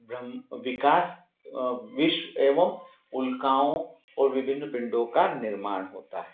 ब्रह्म विकास विस एवं उल्काओं ओर विभिन्न पिण्डों का निर्माण होता है